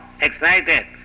excited